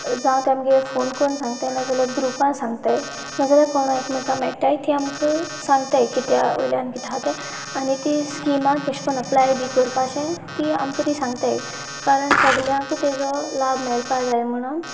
जावं तांच्या फोन करून सांगतात नाजाल्यार ग्रुपान सांगतात नाजाल्यार कोण एकामेका मेळटात ती आमकां सांगतात कित्याक वयल्यान कितें आसा तें आनी तीं स्किमां कशें करून अप्लाय बी करपाचें तीं आमकां ती सांगतात कारण सगल्यांकूय ताचो लाव मेळपाक जाय म्हणून